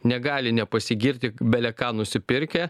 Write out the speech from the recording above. negali nepasigirti bele ką nusipirkę